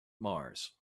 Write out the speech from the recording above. mars